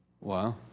Wow